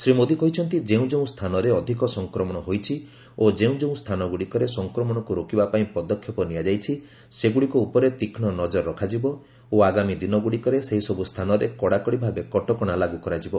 ଶ୍ରୀ ମୋଦି କହିଛନ୍ତି ଯେଉଁ ଯେଉଁ ସ୍ଥାନରେ ଅଧିକ ସଂକ୍ରମଣ ହୋଇଛି ଓ ଯେଉଁ ଯେଉଁ ସ୍ଥାନଗୁଡ଼ିକରେ ସଂକ୍ରମଣକୁ ରୋକିବା ପାଇଁ ପଦକ୍ଷେପ ନିଆଯାଇଛି ସେଗୁଡ଼ିକ ଉପରେ ତୀକ୍ଷ୍ଣ ନଜର ରଖାଯିବ ଓ ଆଗାମୀ ଦିନଗୁଡ଼ିକରେ ସେହିସବୁ ସ୍ଥାନରେ କଡ଼ାକଡ଼ି ଭାବେ କଟକଣା ଲାଗୁ କରାଯିବ